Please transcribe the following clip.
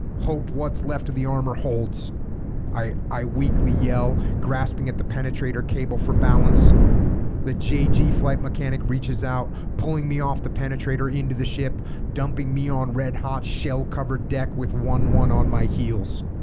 hope what's left of the armor holds i i weakly yell grasping at the penetrator cable for balance the jg flight mechanic reaches out pulling me off the penetrator into the ship dumping me on red hot shell covered deck with one one on my heels